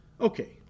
Okay